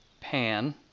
Pan